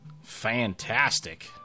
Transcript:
Fantastic